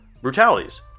Brutalities